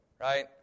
right